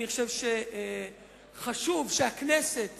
אני חושב שחשוב שהכנסת